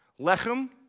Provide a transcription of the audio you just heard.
Lechem